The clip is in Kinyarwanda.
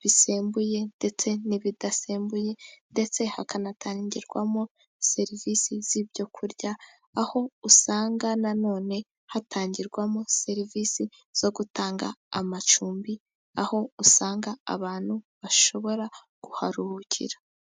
bisembuye ndetse n'ibidasembuye, ndetse hakanatangirwamo serivisi z'ibyo kurya, aho usanga na none hatangirwamo serivisi zo gutanga amacumbi, aho usanga abantu bashobora kuharuhukira.